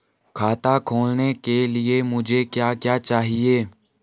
खाता खोलने के लिए मुझे क्या क्या चाहिए?